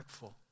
impactful